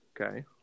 Okay